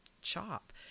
chop